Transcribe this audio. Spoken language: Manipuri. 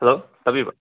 ꯍꯂꯣ ꯇꯥꯕꯤꯕ꯭ꯔꯥ